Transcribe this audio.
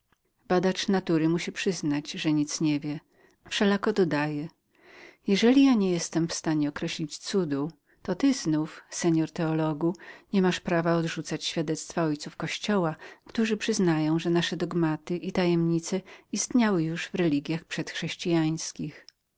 badacz natury musi przyznać że nic nie wie wszelako dodaje jeżeli nie jestem w stanie oznaczenia cudu ty panie teologu nie masz prawa odrzucać świadectwa ojców kościoła którzy przyznają że nasze dogmata i tajemnice istniały już w religiach przed chrześcijańskich